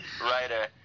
writer